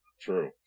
True